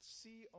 see